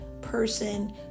person